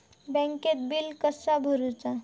बँकेत बिल कसा भरुचा?